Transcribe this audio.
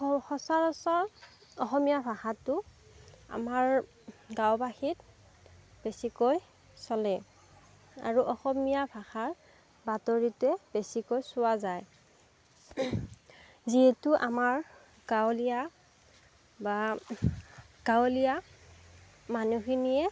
সচৰাচৰ অসমীয়া ভাষাটো আমাৰ গাঁওবাসীত বেছিকৈ চলে আৰু অসমীয়া ভাষাৰ বাতৰিটোৱে বেছিকৈ চোৱা যায় যিহেতু আমাৰ গাঁৱলীয়া বা গাঁৱলীয়া মানুহখিনিয়ে